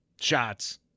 shots